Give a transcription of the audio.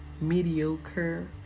mediocre